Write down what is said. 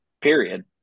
Period